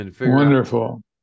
Wonderful